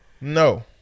no